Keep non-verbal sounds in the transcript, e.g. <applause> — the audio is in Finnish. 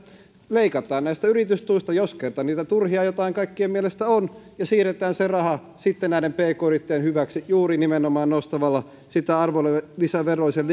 leikataan näistä yritystuista jos kerta niitä jotain turhia kaikkien mielestä on ja siirretään se raha sitten näiden pk yrittäjien hyväksi juuri nimenomaan nostamalla sitä arvonlisäveroisen <unintelligible>